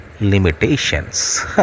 limitations